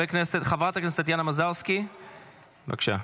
חברת הכנסת טטיאנה מזרסקי, בבקשה.